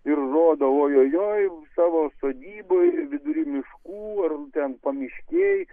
ir rodo oi oi oi savo sodyboj vidury miškų ar ten pamiškėj